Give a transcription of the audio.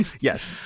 yes